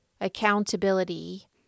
accountability